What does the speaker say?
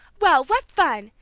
well, what fun!